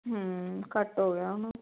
ਘੱਟ ਹੋ ਗਿਆ ਹੈ ਨਾ